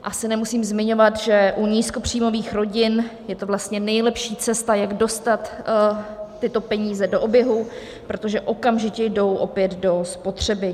Asi nemusím zmiňovat, že u nízkopříjmových rodin je to vlastně nejlepší cesta, jak dostat tyto peníze do oběhu, protože okamžitě jdou opět do spotřeby.